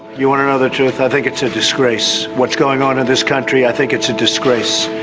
you want to know the truth? i think it's a disgrace what's going on in this country, i think it's a disgrace.